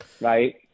Right